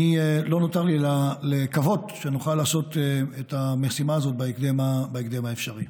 לא נותר לי אלא לקוות שנוכל לעשות את המשימה הזאת בהקדם האפשרי.